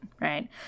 right